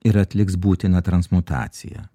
ir atliks būtiną transmutaciją